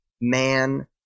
Man